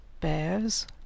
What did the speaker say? bears